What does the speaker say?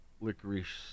licorice